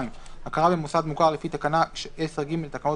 (42)הכרה במוסד מוכר לפי תקנה 10ג לתקנות